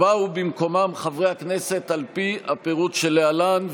באו במקומם חברי הכנסת על פי הפירוט שלהלן,